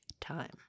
time